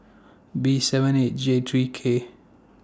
B seven eight J three K